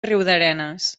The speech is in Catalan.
riudarenes